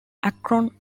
akron